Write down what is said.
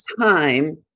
time